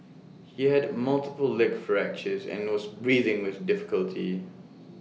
he had multiple leg fractures and also breathing with difficulty